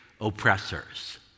oppressors